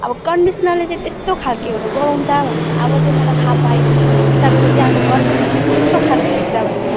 अब कन्डिसनरले चाहिँ त्यस्तो खालकेहरू गराउँछ भनेर अब चाहिँ मलाई थाहा पाएँ कि तपाईँको त्यहाँको कन्डिसनर चाहिँ कस्तो खालके रहेछ भनेर